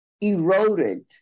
eroded